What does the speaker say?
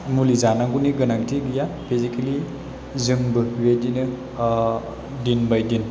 मुलि जानांगौनि गोनांथि गैया फेजिकेलि जोंबो बिबायदिनो दिन बाय दिन